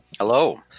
Hello